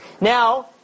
Now